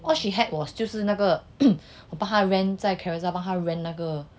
what she had was 就是那个帮他 rent 在 carousell 帮他 rent 那个